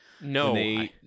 No